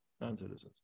non-citizens